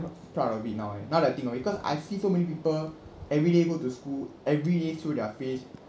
proud of it now eh now that I think of it cause I see so many people every day go to school every day show their face